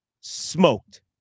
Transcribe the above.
smoked